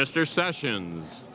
mr sessions